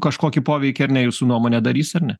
kažkokį poveikį ar ne jūsų nuomone darys ar ne